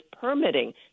permitting